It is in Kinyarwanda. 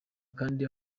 kandi